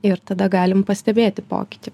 ir tada galim pastebėti pokytį